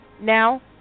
Now